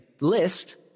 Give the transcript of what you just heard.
list